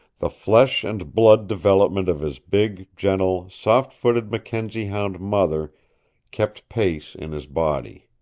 the flesh and blood development of his big, gentle, soft-footed mackenzie hound mother kept pace in his body.